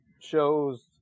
shows